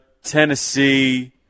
Tennessee